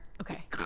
okay